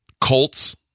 Colts